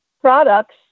products